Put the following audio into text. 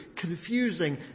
confusing